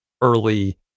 early